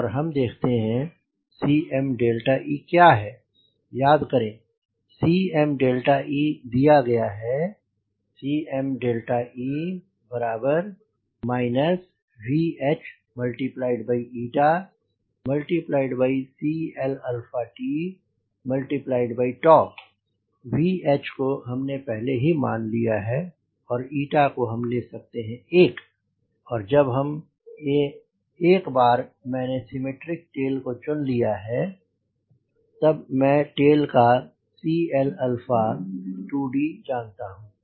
और हम देखते हैं Cme क्या है याद करें Cme दिया गया है Cme VHCLt VH को हमने पहले ही मान लिया है और को हम ले सकते हैं 1 और जब एक बार मैंने सिमेट्रिक टेल को चुन लिया है तब मैं टेल का Cl2d जानता हूँ